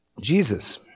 Jesus